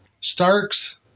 Starks